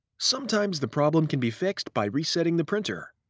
sometimes the problem can be fixed by resetting the printer.